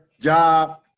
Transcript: job